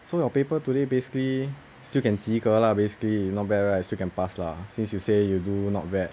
ya so so your paper today basically still can 及格 lah basically not bad right still can pass lah since you say you do not bad